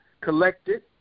collected